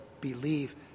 believe